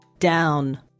Down